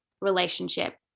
relationship